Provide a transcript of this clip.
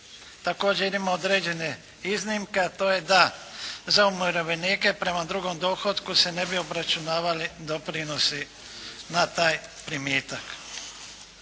Također … određene iznimke, a to je da za umirovljenike prema drugom dohotku se ne bi obračunavali doprinosi na taj primitak.